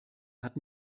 hat